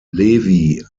levi